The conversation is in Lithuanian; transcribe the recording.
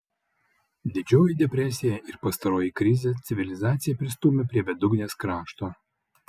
didžioji depresija ir pastaroji krizė civilizaciją pristūmė prie bedugnės krašto